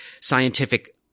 scientific